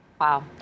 Wow